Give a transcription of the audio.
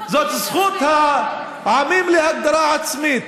זכות העמים להגדרה עצמית.